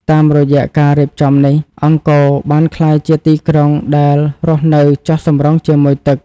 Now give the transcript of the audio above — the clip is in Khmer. តាមរយៈការរៀបចំនេះ អង្គរបានក្លាយជាទីក្រុងដែលរស់នៅចុះសម្រុងជាមួយទឹក។